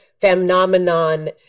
phenomenon